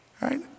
Right